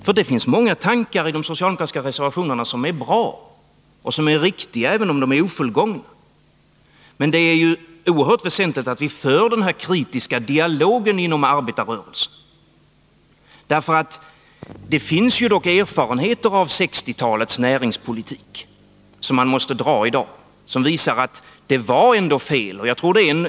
Det finns nämligen många tankar i de socialdemokratiska reservationerna som är bra och riktiga, även om de är ofullgångna. Men det är ju oerhört väsentligt att vi för denna kritiska dialog inom arbetarrörelsen. Det finns dock erfarenheter av 1960-talets näringspolitik vilka måste tas till vara i dag och som visar att denna politik trots allt var felaktig.